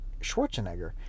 Schwarzenegger